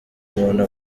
umuntu